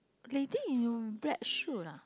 lady in your black shoot lah